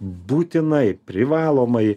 būtinai privalomai